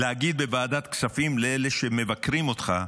להגיד בוועדת כספים לאלה שמבקרים אותך,